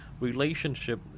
relationship